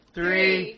Three